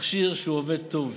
מכשיר שעובד טוב,